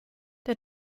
der